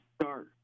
start